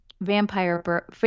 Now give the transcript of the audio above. vampire